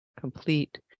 complete